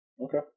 Okay